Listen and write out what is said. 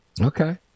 Okay